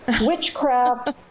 witchcraft